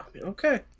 Okay